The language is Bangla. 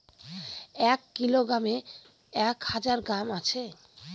এক কিলোগ্রামে এক হাজার গ্রাম আছে